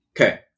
Okay